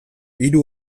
hiru